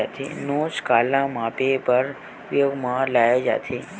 नोच काला मापे बर उपयोग म लाये जाथे?